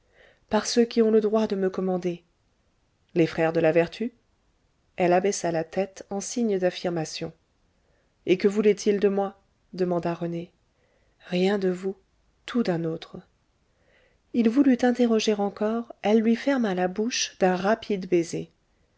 par ceux qui ont le droit de me commander les frères de la vertu elle abaissa la tête en signe d'affirmation et que voulaient-ils de moi demanda rené rien de vous tout d'un autre il voulut interroger encore elle lui ferma la bouche d'un rapide baiser